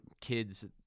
kids